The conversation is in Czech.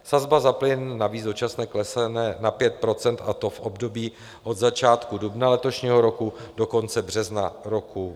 Sazba za plyn navíc dočasně klesne na 5 %, a to v období od začátku dubna letošního roku do konce března roku 2023.